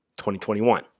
2021